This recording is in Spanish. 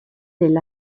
del